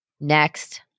Next